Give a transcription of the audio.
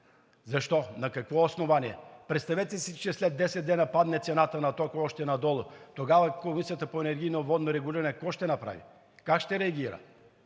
Защо? На какво основание? Представете си, че след 10 дена цената на тока падне още надолу? Тогава Комисията за енергийно и водно регулиране какво ще направи, как ще реагира?